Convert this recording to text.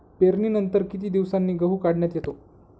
पेरणीनंतर किती दिवसांनी गहू काढण्यात येतो?